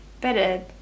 better